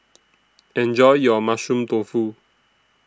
Enjoy your Mushroom Tofu